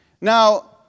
Now